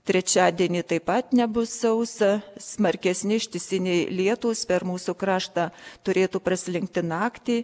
trečiadienį taip pat nebus sausa smarkesni ištisiniai lietūs per mūsų kraštą turėtų praslinkti naktį